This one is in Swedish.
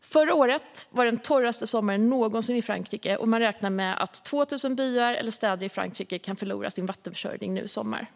Förra året var den torraste sommaren någonsin i Frankrike, och man räknar med att 2 000 byar eller städer i Frankrike kan förlora sin vattenförsörjning nu i sommar.